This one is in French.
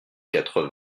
quatre